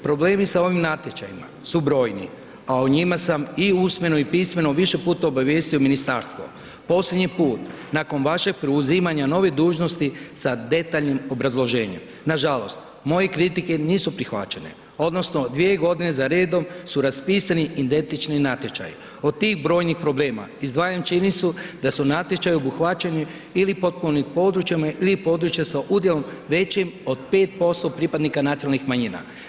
Problemi sa ovim natječajima su brojni a o njima sam i usmeno i pismeno više puta obavijestio ministarstvo, posljednji put nakon vašeg preuzimanja nove dužnosti sa detaljnim obrazloženjem, nažalost, moje kritike nisu prihvaćene odnosno 2 g. za redom su raspisani identični natječaji, od tih brojnih problema, izdvajam činjenicu da su natječaju obuhvaćeni ili potpomognutim područjima ili područja sa udjelom većim od 5% pripadnika nacionalnih manjina.